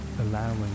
allowing